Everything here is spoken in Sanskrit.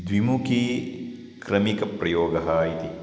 द्विमुखी क्रमिकप्रयोगः इति